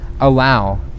allow